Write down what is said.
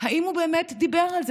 אם הוא באמת דיבר על זה,